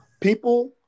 people